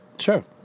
Sure